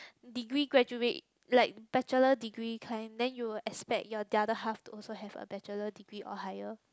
degree graduate like bachelor degree kind then you will expect your the other half also have a bachelor degree or higher